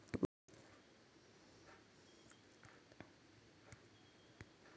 बाबा आपण टोक नाक्यावर पैसे कित्याक देतव?